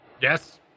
yes